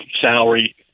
salary